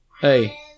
Hey